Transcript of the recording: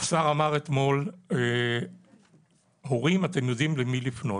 השר אמר אתמול 'הורים, אתם יודעים למי לפנות'.